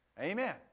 Amen